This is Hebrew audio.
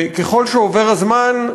ככל שעובר הזמן,